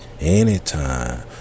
Anytime